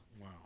Wow